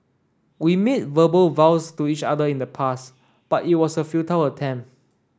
we made verbal vows to each other in the past but it was a futile attempt